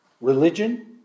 religion